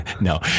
No